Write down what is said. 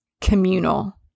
Communal